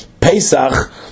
Pesach